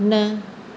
न